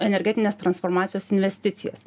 energetinės transformacijos investicijas